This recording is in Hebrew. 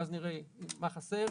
ואז נראה מה חסר.